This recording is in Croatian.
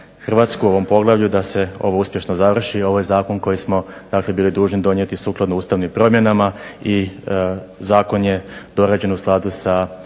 Hrvatsku u ovom poglavlju da se ovo uspješno završi i ovaj zakon koji smo dakle bili dužni donijeti sukladno ustavnim promjenama i zakon je dorađen u skladu sa